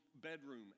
bedroom